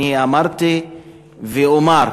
אני אמרתי ואומר,